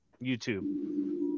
YouTube